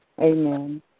Amen